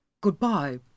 Good-bye